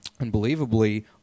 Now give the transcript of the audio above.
unbelievably